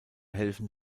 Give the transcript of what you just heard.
helfen